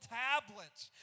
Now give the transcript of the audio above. tablets